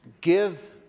Give